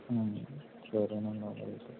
సరే అండి అలాగైతే